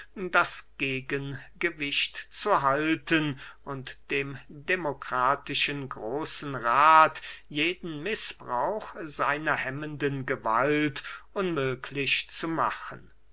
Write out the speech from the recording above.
das gegengewicht zu halten und dem demokratischen großen rath jeden mißbrauch seiner hemmenden gewalt unmöglich zu machen